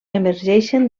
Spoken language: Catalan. emergeixen